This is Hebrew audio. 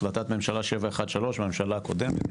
החלטת ממשלה 713 מהממשלה הקודמת,